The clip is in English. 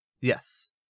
Yes